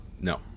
no